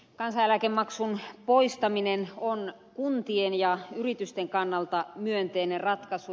kansaneläkemaksun poistaminen on kuntien ja yritysten kannalta myönteinen ratkaisu